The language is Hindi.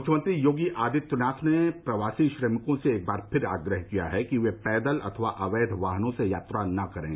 मुख्यमंत्री योगी आदित्यनाथ ने प्रवासी श्रमिकों से एक बार फिर आग्रह किया है कि वे पैदल अथवा अवैध वाहनों से यात्रा न करें